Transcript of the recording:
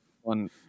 One